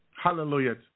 Hallelujah